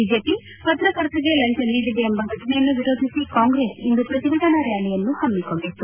BJP ಪತ್ರಕರ್ತರಿಗೆ ಲಂಚ ನೀಡಿದೆ ಎಂಬ ಘಟನೆಯನ್ನು ವಿರೋಧಿಸಿ ಕಾಂಗ್ರೆಸ್ ಇಂದು ಪ್ರತಿಭಟನಾ ರ್ನಾಲಿಯನ್ನು ಹಮ್ನಿಕೊಂಡಿತ್ತು